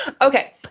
Okay